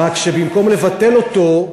רק שבמקום לבטל אותו,